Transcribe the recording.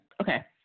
okay